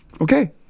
okay